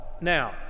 now